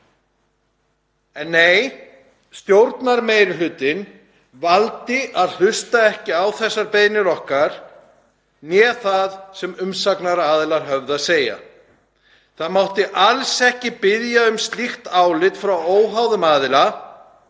En nei, stjórnarmeirihlutinn valdi að hlusta ekki á þessar beiðnir okkar né það sem umsagnaraðilar höfðu að segja. Það mátti alls ekki biðja um slíkt álit frá óháðum aðila